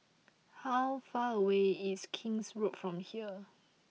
how far away is King's Road from here